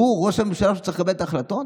הוא ראש הממשלה שצריך לקבל את ההחלטות?